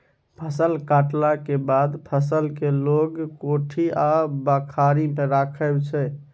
फसल कटलाक बाद फसल केँ लोक कोठी आ बखारी मे राखै छै